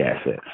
assets